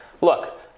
look